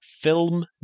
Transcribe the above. film